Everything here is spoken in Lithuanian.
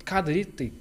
ką daryt tai